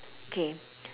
okay